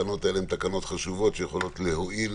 התקנות האלו הן תקנות חשובות שיכולות להועיל